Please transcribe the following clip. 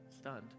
stunned